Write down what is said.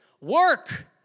Work